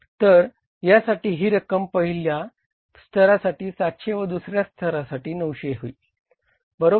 तर यासाठी ही रक्कम पहिल्या स्तरासाठी 700 व दुसऱ्या स्तरासाठी 900 येईल बरोबर